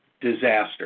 disaster